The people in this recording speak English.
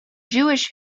jewish